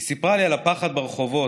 היא סיפרה לי על הפחד ברחובות,